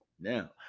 Now